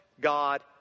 God